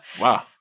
Wow